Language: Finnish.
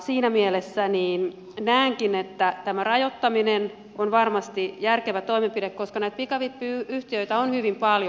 siinä mielessä näenkin että tämä rajoittaminen on varmasti järkevä toimenpide koska näitä pikavippiyhtiöitä on hyvin paljon